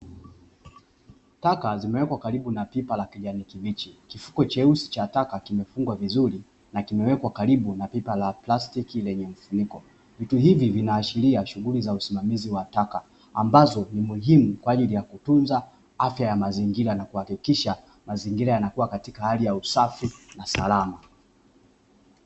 Taka zimewekwa karibu na pipa la kijani kibichi, kifuko cheusi cha taka kimefungwa vizuri na kimewekwa karibu na pipa la plastiki lenye mfuniko; vitu hivi vinaashiria shughuli za usimamizi wa taka ,ambazo ni muhimu kwa ajili ya kutunza afya ya mazingira, na kuhakikisha mazingira yanakuwa katika hali ya usafi na salama.